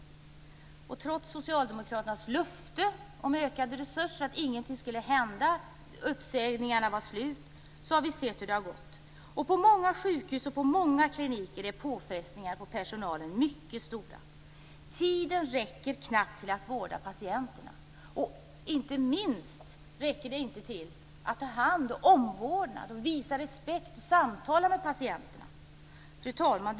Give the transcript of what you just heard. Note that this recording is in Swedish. Trots socialdemokraternas löfte om ökade resurser, om att ingenting skulle hända och att uppsägningarna var slut, har vi sett hur det har gått. På många sjukhus och kliniker är påfrestningarna på personalen mycket stora. Tiden räcker knappt till att vårda patienterna. Inte minst räcker den inte till att ta hand om och ge omvårdnad, visa respekt och samtala med patienterna. Fru talman!